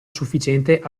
sufficiente